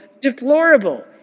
deplorable